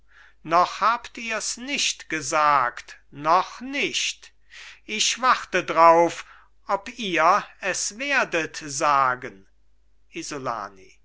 noch habt ihrs nicht gesagt noch nicht ich warte drauf ob ihr es werdet sagen isolani